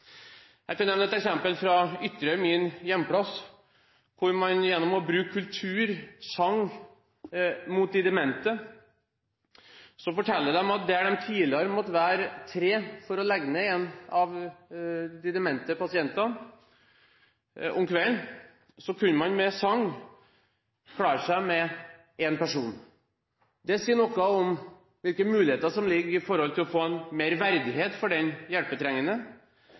Jeg kan nevne et eksempel fra Ytterøy, min hjemplass, hvor man bruker kultur – sang – mot de demente. De forteller at der man tidligere måtte være tre for å legge én av de demente pasientene om kvelden, kan man med sang klare seg med én person. Det sier noe om hvilke muligheter som finnes når det gjelder å få mer verdighet for den hjelpetrengende,